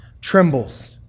trembles